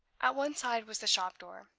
at one side was the shop door,